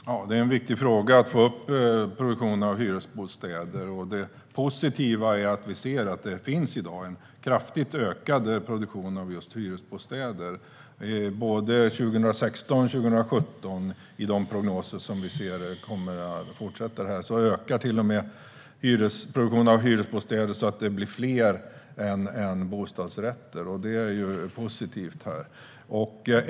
Fru talman! Det är en viktig fråga att få upp produktionen av hyresbostäder. Det positiva är att vi i dag ser att det finns en kraftigt ökad produktion av just hyresbostäder. Det gällde 2016, och enligt prognoserna för 2017 kommer det till och med att byggas fler hyresbostäder än bostadsrätter, vilket är positivt.